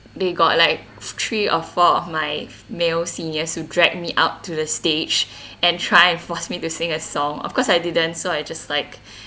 they got like three or four of my male seniors who dragged me out to the stage and try and forced me to sing a song of course I didn't so I just like